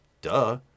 Duh